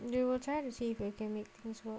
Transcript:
they were trying to see if they can make things work